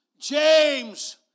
James